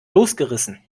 losgerissen